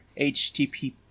HTTP